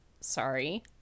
sorry